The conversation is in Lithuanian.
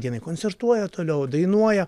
dienai koncertuoja toliau dainuoja